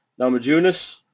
Namajunas